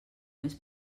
més